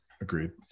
Agreed